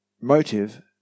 motive